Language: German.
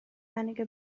einige